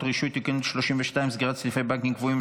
(רישוי) (תיקון מס' 32) (סגירת סניפי בנק קבועים),